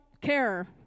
care